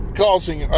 causing